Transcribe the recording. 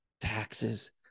Taxes